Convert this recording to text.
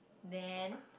then